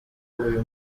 uyu